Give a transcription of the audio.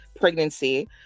pregnancy